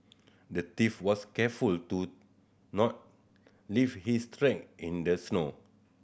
the thief was careful to not leave his track in the snow